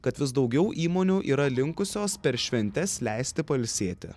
kad vis daugiau įmonių yra linkusios per šventes leisti pailsėti